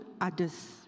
others